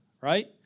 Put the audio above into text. right